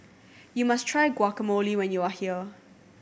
you must try Guacamole when you are here